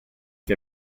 che